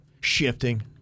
shifting